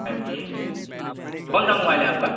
five G ہے کون سا موبائل ہے آپ کا